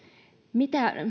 mitä